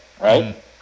Right